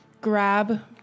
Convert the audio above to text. grab